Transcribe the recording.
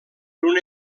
una